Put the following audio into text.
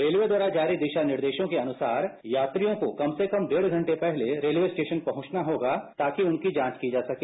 railway द्वारा जारी दिशा निर्देशानुसार यात्रियों को कम से कम डेढ घंटे पहले रेलवे स्टेशन पहचना होगा ताकि उनकी जांच की जा सके